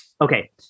Okay